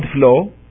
flow